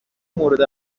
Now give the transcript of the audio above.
مورد